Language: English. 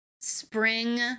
spring